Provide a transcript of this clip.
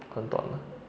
很短 ah